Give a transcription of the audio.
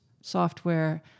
software